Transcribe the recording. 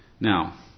Now